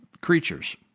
creatures